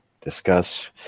discuss